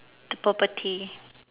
the property